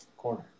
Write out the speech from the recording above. Corner